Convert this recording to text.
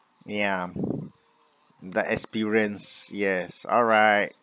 ya the experience yes alright